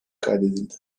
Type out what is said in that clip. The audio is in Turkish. kaydedildi